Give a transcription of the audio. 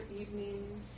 Evening